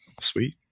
Sweet